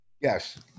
yes